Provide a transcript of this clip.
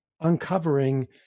uncovering